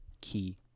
key